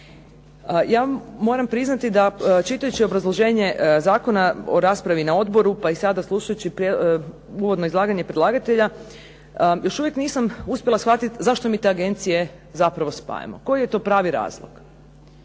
vam moram priznati da čitajući obrazloženje zakona u raspravi na odboru, pa i sada slušajući uvodno izlaganje predlagatelja, još uvijek nisam uspjela shvatiti zašto mi te agencije zapravo spajamo? Koji je to pravi razlog?